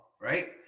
right